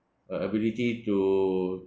a~ ability to